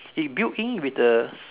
it builds in with the